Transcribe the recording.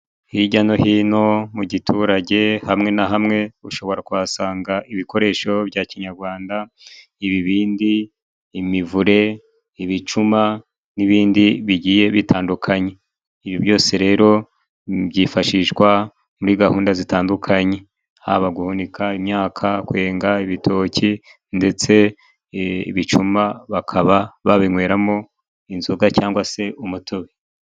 Hijya no hino mu giturage hamwe na hamwe ushobora kuhasanga ibikoresho bya kinyagwanda, ibibindi imivure, ibicuma n'ibindi bigiye bitandukanye. Ibi byose rero byifashishwa muri gahunda zitandukanye haba guhunika imyaka, kwenga ibitoki ndetse ibicuma bakaba babinyweramo inzoga cyangwa se umutobe.